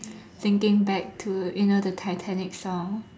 thinking back to you know the titanic song